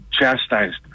chastised